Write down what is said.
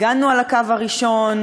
הגנו על הקו הראשון,